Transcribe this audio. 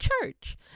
church